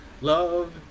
love